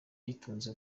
uyitunze